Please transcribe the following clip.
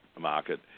market